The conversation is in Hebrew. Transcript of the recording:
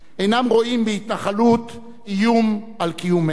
אינם רואים בהתנחלות איום על קיומנו.